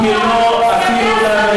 ואנחנו לא יודעים על מה,